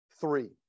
three